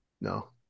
No